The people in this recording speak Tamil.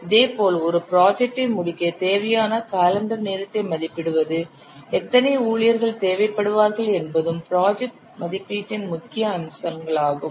இதே போல் ஒரு ப்ராஜெக்டை முடிக்க தேவையான காலண்டர் நேரத்தை மதிப்பிடுவது எத்தனை ஊழியர்கள் தேவைப்படுவார்கள் என்பதும் ப்ராஜெக்ட் மதிப்பீட்டின் முக்கிய அம்சங்களாகும்